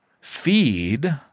feed